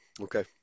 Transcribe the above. okay